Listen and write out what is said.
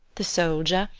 the soldier,